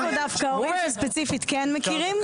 יש פה דווקא הורים שספציפית כן מכירים.